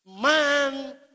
Man